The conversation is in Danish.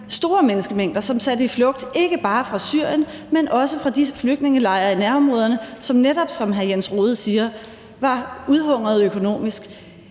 store menneskemængde, som satte i flugt, ikke bare fra Syrien, men også fra disse flygtningelejre i nærområderne, som netop var udhungret økonomisk,